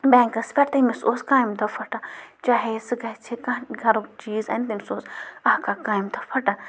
بٮ۪نٛکَس پٮ۪ٹھ تٔمِس اوس کامہِ دۄہ پھٕٹان چاہے سُہ گژھِ کانٛہہ گَرُک چیٖز انٛنہِ تٔمِس اوس اَکھ اَکھ کامہِ دۄہ پھٕٹان